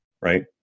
right